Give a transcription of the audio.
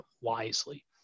wisely